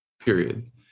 period